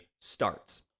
starts